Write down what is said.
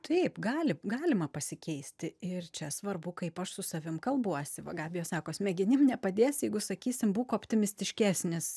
taip gali galima pasikeisti ir čia svarbu kaip aš su savim kalbuosi va gabija sako smegenim nepadės jeigu sakysim būk optimistiškesnis